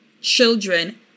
children